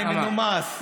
אני מנומס.